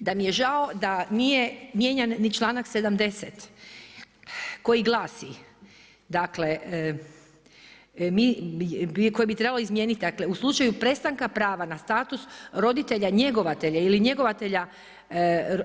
da mi je žao, da nije mijenjan ni članak 70. koji glasi, dakle, koji bi trebalo izmijeniti, dakle, u slučaju prestanka prava na status roditelja njegovatelja ili njegovatelja ili